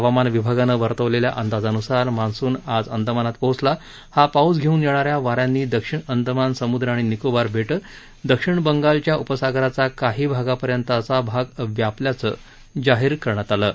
हवामान विभागानं वर्तवलेल्या अंदाजान्सार मान्सून आज अंदमानात पोहोचला हा पाऊस घेऊन येणा या वाऱ्यांनी दक्षिण अंदमान समुद्र आणि निकोबार बेटं दक्षिण बंगालच्या उपसागराचा काही भागापर्यंतचा भाग व्यापल्याचं जाहीर करण्यात आलं आहे